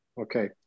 okay